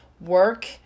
work